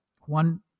one